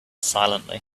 silently